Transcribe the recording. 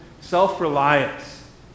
Self-reliance